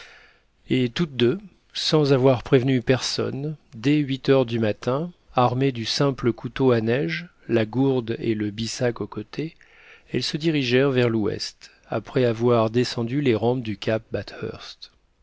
et toutes deux sans avoir prévenu personne dès huit heures du matin armées du simple couteau à neige la gourde et le bissac au côté elles se dirigèrent vers l'ouest après avoir descendu les rampes du cap